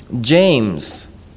James